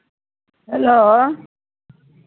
hello